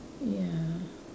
ya